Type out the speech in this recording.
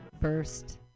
First